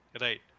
right